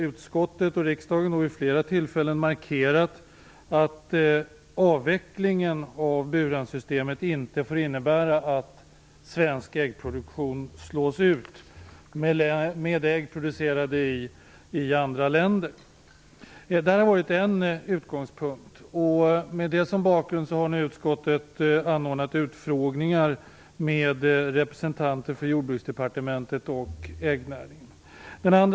Utskottet och riksdagen har vid flera tillfällen markerat att avvecklingen av burhönssystemet inte får innebära att svensk äggproduktion slås ut med hjälp av ägg producerade i andra länder. Från denna utgångspunkt har utskottet anordnat utfrågningar med representanter för Jordbruksdepartementet och äggnäringen. Herr talman!